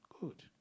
Good